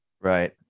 right